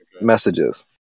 messages